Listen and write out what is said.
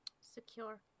secure